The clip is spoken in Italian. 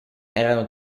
erano